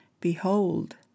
Behold